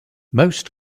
most